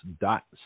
dot